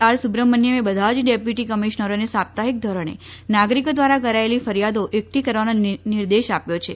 R સુબ્રમણ્થમે બધા જ ડેપ્યુટી કમિશનરોને સાપ્તાહિક ધોરણે નાગરિકો દ્રારા કરાયેલી ફરિથાદો એકઠી કરવાનો નિર્દેશ આપ્યો છે